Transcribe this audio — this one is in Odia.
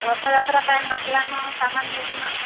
ରଥଯାତ୍ରା ଟାଇମ ଆସିଲାନ ସାମାନ ନେଇଜିମା